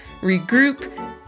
regroup